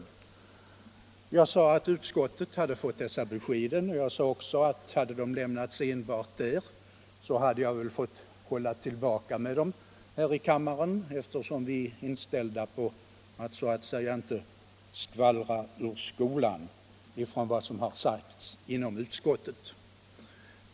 Jag sade att utskottet av direktör Sköld fått upplysningar, att NJA inte lämnat infordrat material till moderbolaget. Jag sade också att om herr Skölds uppgifter hade lämnats enbart till utskottet, så hade jag väl fått hålla inne med dem här i kammaren, eftersom vi är inställda på att inte skvallra ur skolan när det gäller sådant som sagts i utskottet.